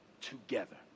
together